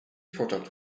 product